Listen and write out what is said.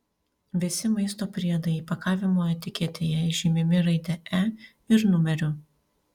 visi maisto priedai įpakavimo etiketėje žymimi raide e ir numeriu